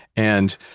and